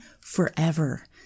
forever